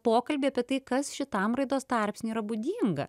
pokalbiai apie tai kas šitam raidos tarpsniui yra būdinga